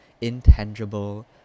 intangible